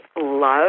love